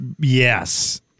Yes